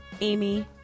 Amy